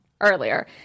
earlier